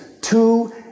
Two